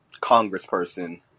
congressperson